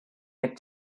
mick